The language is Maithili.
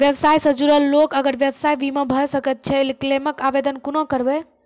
व्यवसाय सॅ जुड़ल लोक आर व्यवसायक बीमा भऽ सकैत छै? क्लेमक आवेदन कुना करवै?